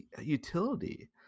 utility